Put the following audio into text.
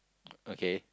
okay